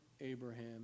Abraham